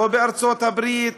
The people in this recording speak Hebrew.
לא בארצות-הברית,